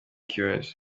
cures